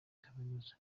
kaminuza